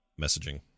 messaging